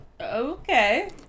Okay